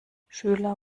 schüler